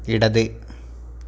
ഇടത്